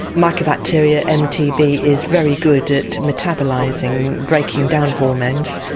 mycobacteria mtb is very good at metabolising, breaking down hormones,